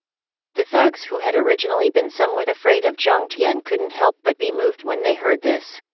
the thugs who had originally been somewhat afraid of jiang tian couldn't help but be moved when they heard this.